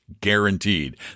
guaranteed